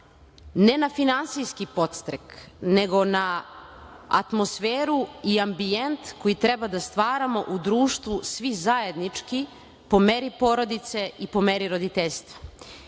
ne na finansijski podstrek, nego na atmosferu i ambijent koji treba da stvaramo u društvu svi zajednički po meri porodice i po meri roditeljstva. Ukoliko